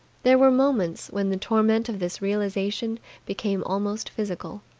there were moments when the torment of this realization became almost physical.